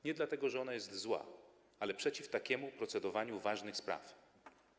Nie dlatego, że ona jest zła, ale przeciw takiemu procedowaniu nad ważnymi sprawami.